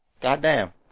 Goddamn